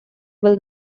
will